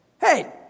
hey